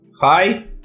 hi